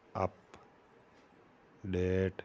up date